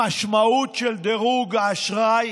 המשמעות של דירוג האשראי